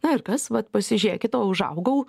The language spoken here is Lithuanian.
na ir kas vat pasižiūrėkit o užaugau